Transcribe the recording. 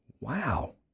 wow